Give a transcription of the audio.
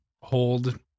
hold